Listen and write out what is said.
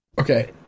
Okay